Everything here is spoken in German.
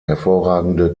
hervorragende